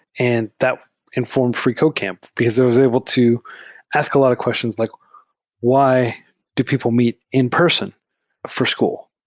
and that informed freecodecamp, because i was able to ask a lot of questions like why do people meet in-person for school?